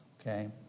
okay